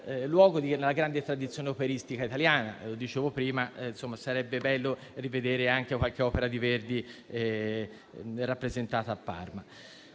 luogo di una grande tradizione operistica italiana. Lo dicevo prima: sarebbe bello rivedere anche qualche opera di Verdi rappresentata a Parma.